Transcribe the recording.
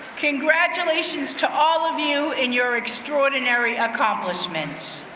congratulations to all of you in your extraordinary accomplishment.